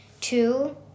two